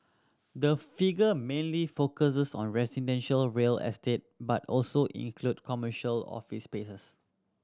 the figure mainly focuses on residential real estate but also include commercial office spaces